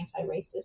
anti-racist